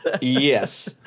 Yes